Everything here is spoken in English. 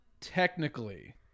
technically